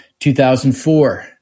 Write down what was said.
2004